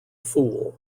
fool